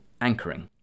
anchoring